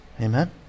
Amen